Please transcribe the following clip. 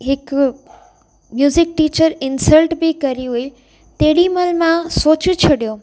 हिक music teacher insult बि कई हुई तेॾी महिल मां सोचे छॾियो